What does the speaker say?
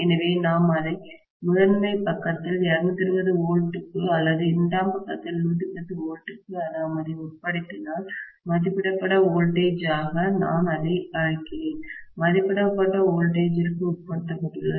எனவே நாம் அதை முதன்மை பக்கத்தில் 220 V க்கு அல்லது இரண்டாம் பக்கத்தில் 110 V க்கு நாம் அதை உட்படுத்தினால் மதிப்பிடப்பட்ட வோல்டேஜாக மின்னழுத்தமாக நான் அதை அழைக்கிறேன் மதிப்பிடப்பட்ட வோல்டேஜிற்கு மின்னழுத்தத்திற்கு உட்படுத்தப்பட்டுள்ளது